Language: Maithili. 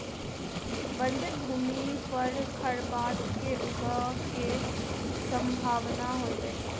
बंजर भूमि पर खरपात के ऊगय के सम्भावना होइतअछि